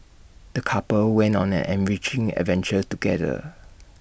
the couple went on an enriching adventure together